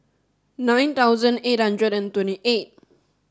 nine thousand eight hundred and twenty eight